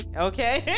okay